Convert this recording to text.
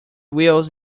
wheels